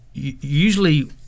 Usually